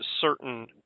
certain